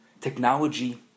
Technology